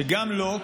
שגם לו,